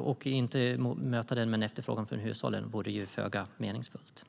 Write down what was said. och inte möta den med en efterfrågan från hushållen vore föga meningsfullt.